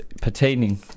pertaining